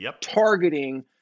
targeting